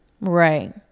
right